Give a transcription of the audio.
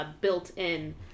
built-in